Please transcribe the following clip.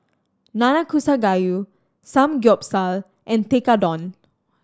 Nanakusa Gayu Samgyeopsal and Tekkadon